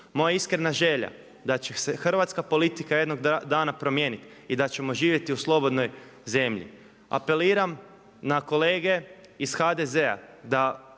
Moja je iskrena želja da će se hrvatska politika jednog dana promijeniti i da ćemo živjeti u slobodnoj zemlji. Apeliram na kolege ih HDZ-a da